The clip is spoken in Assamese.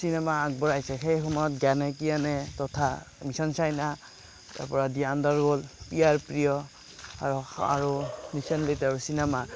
চিনেমা আগবঢ়াইছে সেই সময়ত গানে কি আনে তথা মিছন চাইনা তাৰপৰা জ্ঞান দাৰুন প্ৰিয়াৰ প্ৰিয় আৰু আৰু ৰিচেণ্টলি তেওঁৰ চিনেমা